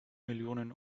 millionen